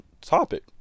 topic